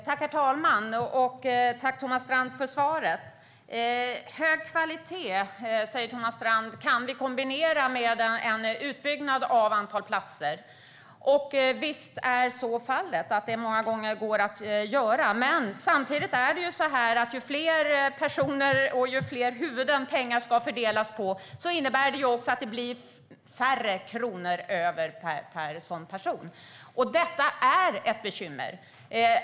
Herr talman! Tack, Thomas Strand, för svaret! Thomas Strand säger: Hög kvalitet kan vi kombinera med en utbyggnad av antalet platser. Visst är så fallet. Det går många gånger att göra så. Men samtidigt är det så att ju fler personer som pengar ska fördelas på, desto färre kronor blir det per person. Det är ett bekymmer.